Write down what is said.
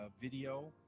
video